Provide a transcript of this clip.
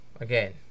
again